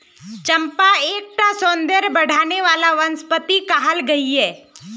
चंपा एक टा सौंदर्य बढाने वाला वनस्पति कहाल गहिये